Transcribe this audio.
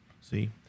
see